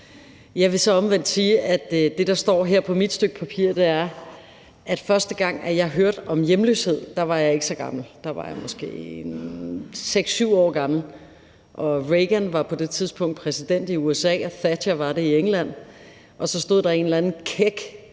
Jeg vil så sige, at det, der står her på mit stykke papir, er, at første gang, jeg hørte om hjemløshed, var jeg ikke så gammel. Jeg var måske 6-7 år gammel, og Reagan var på det tidspunkt præsident i USA, og Thatcher var premierminister i England, og så var der på tv en eller anden kæk